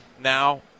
now